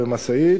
במשאית,